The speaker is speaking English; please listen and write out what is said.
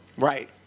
Right